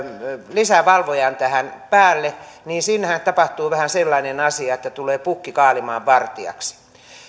lisävalvojan tähän päälle niin siinähän tapahtuu vähän sellainen asia että tulee pukki kaalimaan vartijaksi